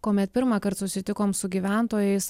kuomet pirmąkart susitikom su gyventojais